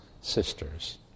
sisters